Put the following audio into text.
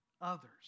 others